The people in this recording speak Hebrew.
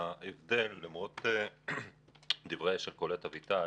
למרות דבריה של קולט אביטל,